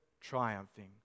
triumphing